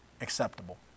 Acceptable